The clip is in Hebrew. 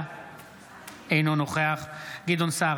אינו נוכח גדעון סער,